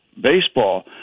baseball